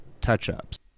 touch-ups